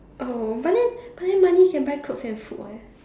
oh but then but then money can buy clothes and food [what]